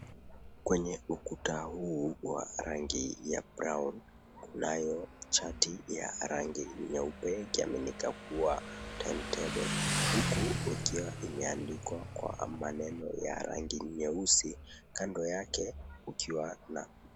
Kwenye ukuta huu wa rangi ya brown kunayo chati ya rangi nyeupe ikiaminika kuwa timetable , huku ikiwa imeandikwa kwa maneno ya rangi nyeusi kando yake kukiwa na